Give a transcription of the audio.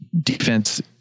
defense